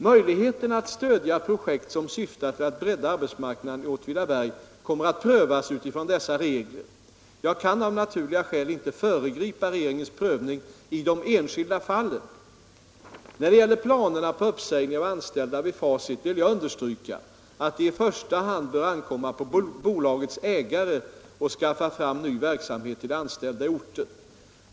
Möjligheterna att stödja projekt som syftar till att bredda arbetsmarknaden i Åtvidaberg kommer att prövas utifrån dessa regler. Jag kan av naturliga skäl inte föregripa regeringens prövning i de enskilda fallen. När det gäller planerna på uppsägning av anställda vid Facit vill jag understryka att det i första hand bör ankomma på bolagets ägare alt skaffa fram ny verksamhet till de anställda i orten.